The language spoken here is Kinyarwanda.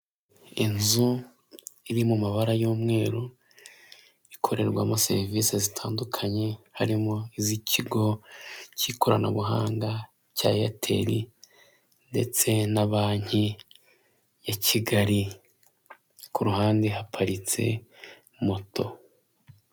Ndabona umurongo wa telefone dukunze gukoresha hano mu Rwanda ari wo twita emutiyene, bari bamanitse umutaka umu ajeti wabo yicaye hasi cyangwa se umuntu ufasha abantu hafi yabo, tukabona umugabo wicaye ku igare yambaye umupira wabo w'umuhondo uriho ikirangantego cya emutiyene arimo ateka rwose nk'uwishimiye serivisi zimuha.